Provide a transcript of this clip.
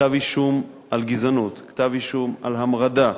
כתב-אישום על גזענות, כתב-אישום על המרדה,